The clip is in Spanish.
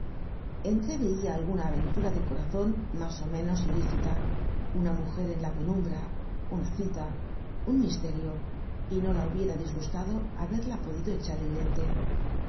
va entreveia alguna aventura de corazon mas ó menos ilícita una mujer en la penumbra una cita un misterio y no la hubiera disgustado haberla pedido echar el lente